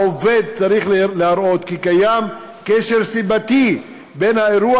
העובד צריך להראות כי קיים קשר סיבתי בין האירוע